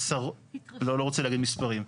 לא רוצה להגיד מספרים,